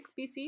BC